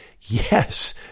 Yes